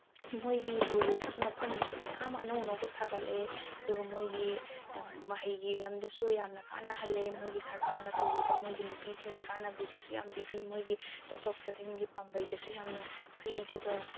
ꯃꯣꯏꯒꯤ ꯇꯨꯔꯤꯁꯀꯤ ꯃꯐꯝꯗꯁꯨ ꯃꯌꯥꯝ ꯑꯃ ꯑꯅꯧ ꯑꯅꯧꯕ ꯁꯥꯒꯠꯂꯦ ꯑꯗꯨꯒ ꯃꯣꯏꯒꯤ ꯃꯍꯩꯒꯤ ꯂꯝꯗꯁꯨ ꯌꯥꯝꯅ ꯀꯥꯅꯍꯜꯂꯦ ꯃꯣꯏꯒꯤ ꯁꯔꯀꯥꯔꯅ ꯇꯧꯕꯤꯕ ꯃꯣꯏꯒꯤ ꯅꯨꯄꯤꯁꯤꯡꯒꯤ ꯀꯥꯟꯅꯕꯤꯕꯁꯨ ꯌꯥꯝ ꯄꯤꯕꯤ ꯃꯣꯏꯒꯤ ꯆꯠꯊꯣꯛ ꯆꯠꯁꯤꯟꯒꯤ ꯄꯥꯝꯕꯩꯗꯁꯨ ꯌꯥꯝꯅ ꯐ꯭ꯔꯤꯗꯒ